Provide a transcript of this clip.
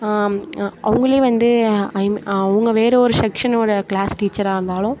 அவங்களே வந்து ஐம் அவங்க வேறே ஒரு செக்ஷனோட கிளாஸ் டீச்சராக இருந்தாலும்